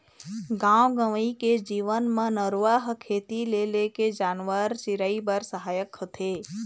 गाँव गंवई के जीवन म नरूवा ह खेती ले लेके जानवर, चिरई बर सहायक होथे